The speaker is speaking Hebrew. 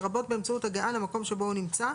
לרבות באמצעות הגעה למקום שבו הוא נמצא,